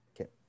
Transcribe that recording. Okay